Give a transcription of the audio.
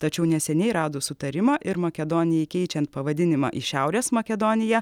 tačiau neseniai radus sutarimą ir makedonijai keičiant pavadinimą į šiaurės makedoniją